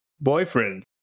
boyfriend